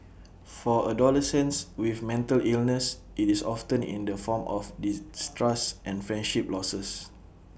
for adolescents with mental illness IT is often in the form of distrust and friendship losses